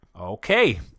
okay